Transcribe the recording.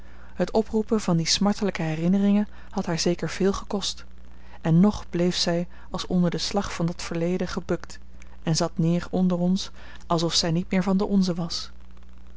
het oproepen van die smartelijke herinneringen had haar zeker veel gekost en nog bleef zij als onder den slag van dat verleden gebukt en zat neer onder ons alsof zij niet meer van de onzen was